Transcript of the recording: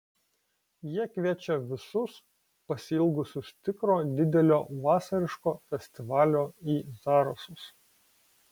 jie kviečia visus pasiilgusius tikro didelio vasariško festivalio į zarasus